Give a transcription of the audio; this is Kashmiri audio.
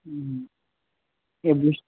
ہے وُچھ